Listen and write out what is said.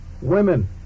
Women